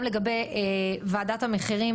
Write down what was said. גם לגבי ועדת המחירים,